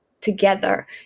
together